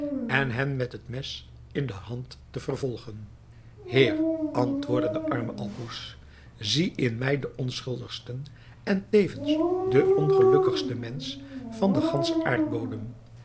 en hen met het mes in de hand te vervolgen heer antwoordde de arme alcouz zie in mij den onschuldigsten en tevens den ongelukkigsten mensch van den ganschen aardbodem